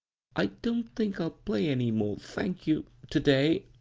i don't think i'll play any more, thank you, to-day,